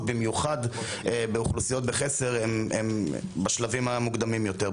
במיוחד באוכלוסיות בחסר הם בשלבים המוקדמים יותר,